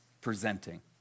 presenting